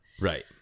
Right